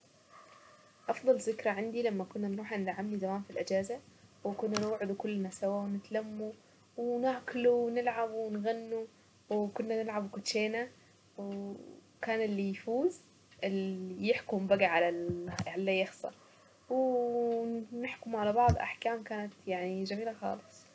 افضل ذكرى عندي لما كنا نروح عند عمي زمان في الاجازة وكنا نقعد كلنا سوا ونتلمو وناكله ونلعب ونغنوا وكنا نلعب كوتشينة وكان اللي يفوز اللي يحكم بقى على على اللي يخسر وكنا نحكموا على بعض احكام كانت يعني جميلة خالص.